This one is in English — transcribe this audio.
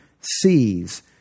sees